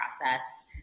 process